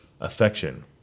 affection